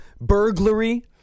burglary